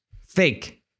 fake